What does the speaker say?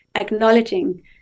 acknowledging